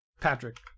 Patrick